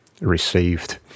received